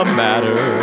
matter